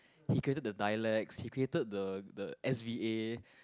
he created the dialect he created the the S_V_A